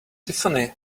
tiffany